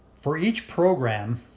for each program,